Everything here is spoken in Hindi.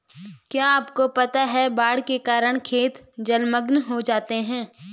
क्या आपको पता है बाढ़ के कारण खेत जलमग्न हो जाते हैं?